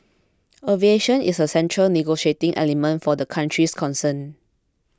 aviation is a central negotiating element for the countries concerned